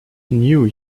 knew